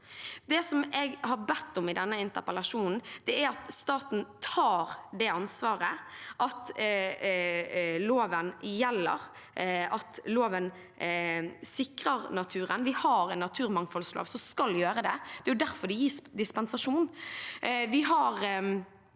Det jeg har bedt om i denne interpellasjonen, er at staten tar det ansvaret, at loven gjelder, at loven sikrer naturen. Vi har en naturmangfoldlov som skal sikre det, det er derfor det gis dispensasjon.